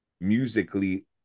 musically